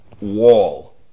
wall